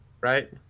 right